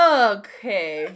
okay